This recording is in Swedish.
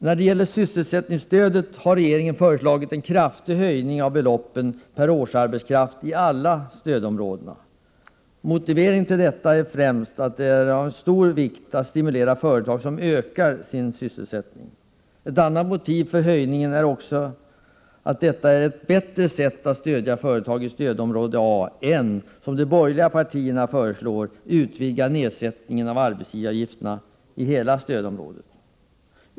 När det gäller sysselsättningsstödet har regeringen föreslagit en kraftig höjning av beloppen per årsarbetskraft i alla stödområden. Motiveringen till detta är främst att det är av stor vikt att stimulera företag som ökar sin sysselsättning. Ett annat motiv för höjningen är att detta är ett bättre sätt att stödja företag i stödområde A än att — som de borgerliga partierna föreslår — utvidga nedsättningen av arbetsgivaravgifterna till hela stödområde A.